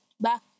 back